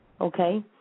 okay